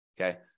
Okay